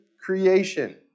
creation